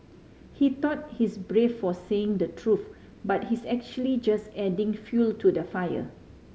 he thought he's brave for saying the truth but he's actually just adding fuel to the fire